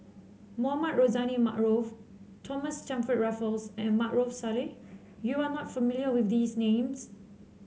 Mohamed Rozani Maarof Thomas Stamford Raffles and Maarof Salleh you are not familiar with these names